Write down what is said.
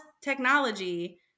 technology